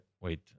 Wait